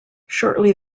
shortly